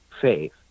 faith